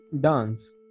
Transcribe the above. dance